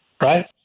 Right